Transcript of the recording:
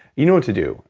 you know what to do.